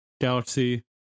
Galaxy